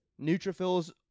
neutrophils